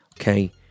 okay